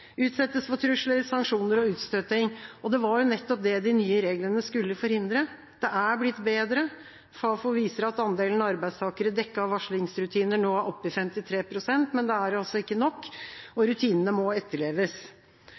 utsettes for trusler, sanksjoner og utstøting. Det var jo nettopp det de nye reglene skulle forhindre. Det er blitt bedre. Fafo viser at andelen arbeidstakere som er dekket av varslingsrutiner, nå er oppe i 53 pst. Men det er ikke nok, og rutinene må etterleves.